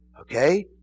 Okay